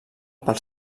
pel